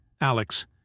Alex